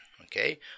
okay